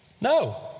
no